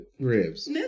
Ribs